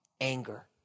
anger